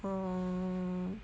orh